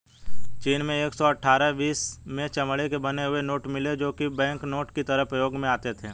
चीन में एक सौ अठ्ठारह बी.सी में चमड़े के बने हुए नोट मिले है जो की बैंकनोट की तरह प्रयोग में आते थे